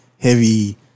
heavy